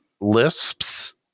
lisps